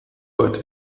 bad